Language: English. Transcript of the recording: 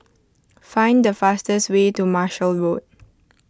find the fastest way to Marshall Road